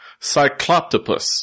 Cycloptopus